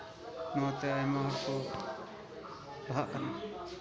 ᱚᱱᱟᱛᱮ ᱟᱭᱢᱟ ᱦᱚᱲ ᱠᱚ ᱞᱟᱦᱟᱜ ᱠᱟᱱᱟ